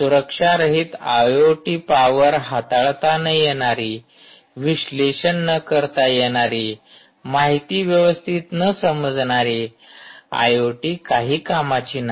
सुरक्षारहित IoT power हाताळता न येणारी विश्लेषण न करता येणारी माहिती व्यवस्थित न समजणारी आयओटी काही कामाची नाही